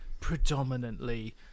predominantly